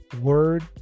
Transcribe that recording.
word